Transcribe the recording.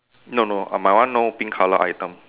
no no my one no pink colour item